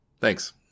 Thanks